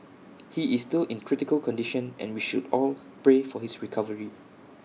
he is still in critical condition and we should all pray for his recovery